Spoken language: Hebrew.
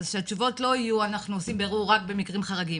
אז שהתשובות לא יהיו שאנחנו עושים בדיקות רק במקרים חריגים,